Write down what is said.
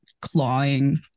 clawing